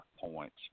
points